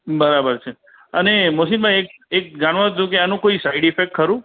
બરાબર છે અને મોહસીનભાઈ એક એક જાણવું હતું કે આનું કોઈ સાઇડઇફેક્ટ ખરું